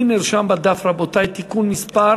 לי נרשם בדף, רבותי, תיקון מס'